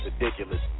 ridiculous